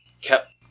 kept